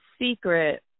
secret